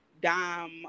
Dom